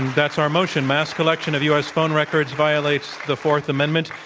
that's our motion mass collection of u. s. phone records violates the fourth amendment.